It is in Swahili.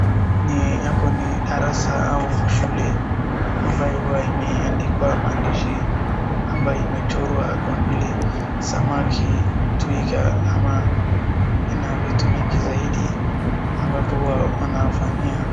Ni hapo ni darasa au shule ambayo huwa imeandikwa maandishi ambayo imechorwa kama vile samaki, twiga ama ina vitu vingi zaidi ambapo wanafanyia.